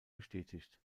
bestätigt